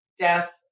Death